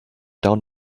down